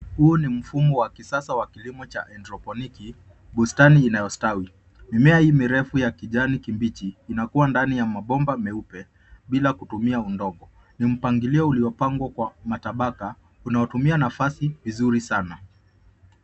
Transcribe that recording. Huu ni mfumo wa kisasa wa kilimo cha haidroponiki bustani inayostawi. Mimea hii mirefu ya kijani kibichi inakua ndani ya mabomba meupe bila kutumia udongo. Ni mpangilio uliopangwa kwa matabaka unaotumia nafasi vizuri sana.